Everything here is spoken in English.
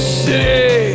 city